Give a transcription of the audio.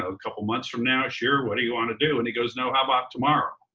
a couple months from now, sure. what do you wanna do? and he goes, no, how about tomorrow?